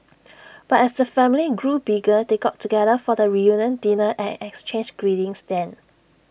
but as the family grew bigger they got together for the reunion dinner and exchanged greetings then